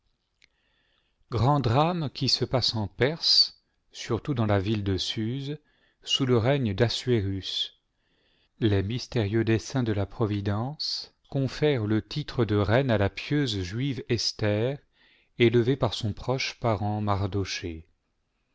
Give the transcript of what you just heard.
grand drame qui se passe en perse surtout dans la ville de suse sous le règne d'assuérus les mystérieux desseins de la providence confèrent le titre de reine à la pieuse juive esther élevée par son proche parent